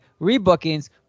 rebookings